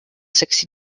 sixty